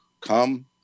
come